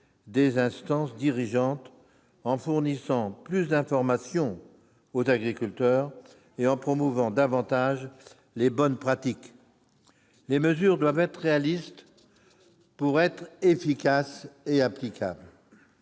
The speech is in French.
des instances dirigeantes, en fournissant plus d'informations aux agriculteurs et en promouvant davantage les bonnes pratiques. Les mesures doivent être réalistes pour être efficaces et applicables.